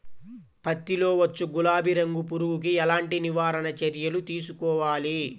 పత్తిలో వచ్చు గులాబీ రంగు పురుగుకి ఎలాంటి నివారణ చర్యలు తీసుకోవాలి?